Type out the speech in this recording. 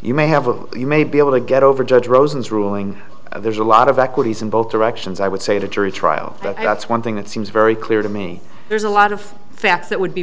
you may have a you may be able to get over judge rosen's ruling there's a lot of equities in both directions i would say to a jury trial but that's one thing that seems clear very to me there's a lot of facts that would be